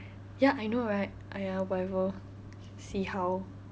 ya I know right !aiya! whatever see how